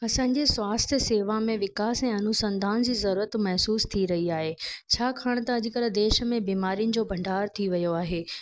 असांजी स्वास्थ्य सेवा में विकास ऐं अनुसंधान जी ज़रूरत महसूसु थी रही आहे छाकाणि त अॼुकल्ह देश में बीमारियुनि जो भंडार थी वियो आहे